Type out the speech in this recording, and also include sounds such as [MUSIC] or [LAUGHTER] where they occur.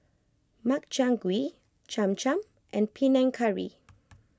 Makchang Gui Cham Cham and Panang Curry [NOISE]